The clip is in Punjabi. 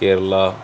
ਕੇਰਲਾ